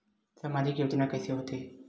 सामजिक योजना कइसे होथे?